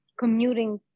commuting